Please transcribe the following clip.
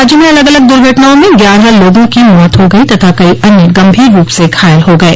राज्य में अलग अलग दुर्घटनाओं में ग्यारह लोगों की मौत हो गई तथा कई अन्य गंभीर रूप से घायल हो गये